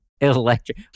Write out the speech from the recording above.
Electric